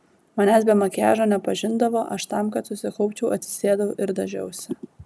manęs be makiažo nepažindavo aš tam kad susikaupčiau atsisėdau ir dažiausi